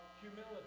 humility